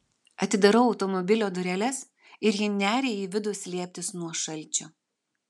atidarau automobilio dureles ir ji neria į vidų slėptis nuo šalčio